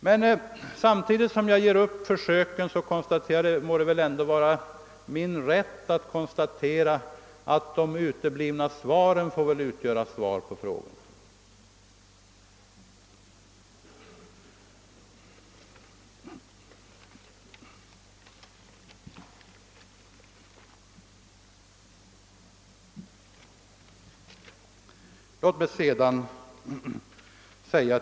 Men samtidigt som jag ger upp försöken må det väl ändå vara min rätt att konstatera att de uteblivna beskeden får utgöra svar på mina frågor.